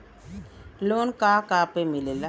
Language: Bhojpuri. लोन का का पे मिलेला?